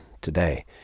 today